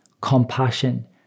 compassion